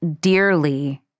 dearly